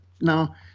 now